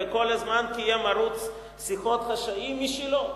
וכל הזמן קיים ערוץ שיחות חשאי משלו,